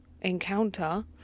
encounter